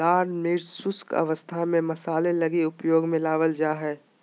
लाल मिर्च शुष्क अवस्था में मसाले लगी उपयोग में लाबल जा हइ